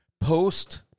post